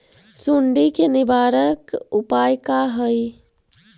सुंडी के निवारक उपाय का हई?